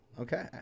Okay